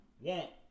want